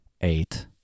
eight